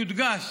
יודגש